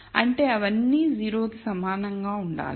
అంటే అవన్నీ 0 కి సమానంగా ఉండాలి